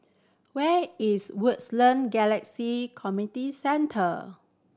where is Wood's Land Galaxy Community Center